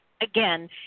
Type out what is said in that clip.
again